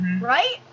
Right